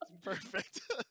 Perfect